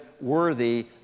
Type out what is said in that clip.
worthy